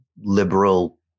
liberal